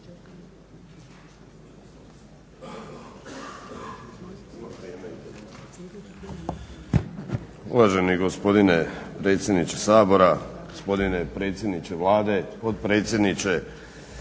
Uvaženi gospodine predsjedniče Sabora, gospodine predsjedniče Vlade, potpredsjedniče,